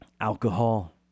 alcohol